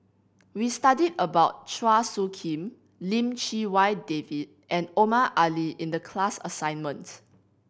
we studied about Chua Soo Khim Lim Chee Wai David and Omar Ali in the class assignments